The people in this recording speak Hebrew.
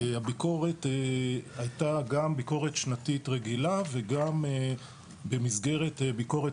הביקורת היתה גם ביקורת שנתית רגילה וגם במסגרת ביקורת